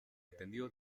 atendió